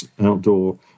outdoor